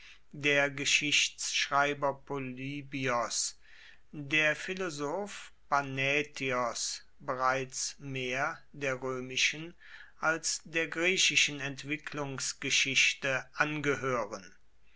der geschichtschreiber polybios der philosoph panätios bereits mehr der römischen als der griechischen entwicklungsgeschichte angehören